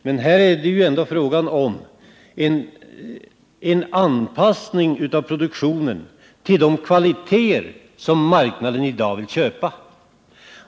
Men här är det ju ändå frågan om en anpassning av produktionen till kvaliteter som marknaden i dag vill köpa.